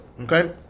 okay